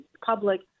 public